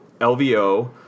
LVO